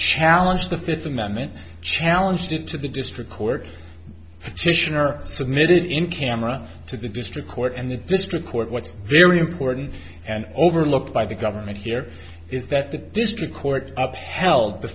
challenge the fifth amendment challenge to to the district court for tyshan are submitted in camera to the district court and the district court what's very important and overlooked by the government here is that the district court upheld the